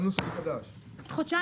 הישיבה ננעלה בשעה 15:14.